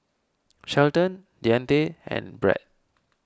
Shelton Deante and Brett